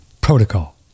protocol